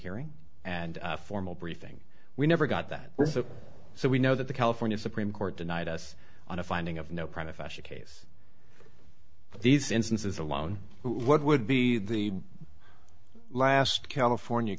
hearing and formal briefing we never got that so we know that the california supreme court denied us on a finding of no profession case these instances alone what would be the last california